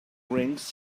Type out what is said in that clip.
rings